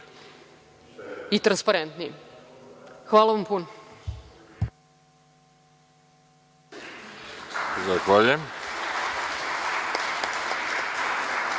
i transparentniji. Hvala vam puno.